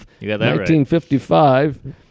1955